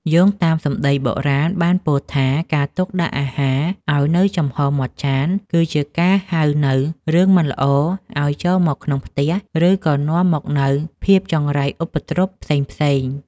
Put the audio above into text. យោងតាមសម្តីបុរាណបានពោលថាការទុកអាហារឱ្យនៅចំហរមាត់ចាន គឺជាការហៅនូវរឿងមិនល្អឱ្យចូលមកក្នុងផ្ទះ ឬក៏នាំមកនូវភាពចង្រៃឧបទ្រពផ្សេងៗ។